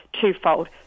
twofold